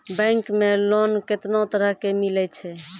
Bank मे loan कैतना तरह के मिलै छै?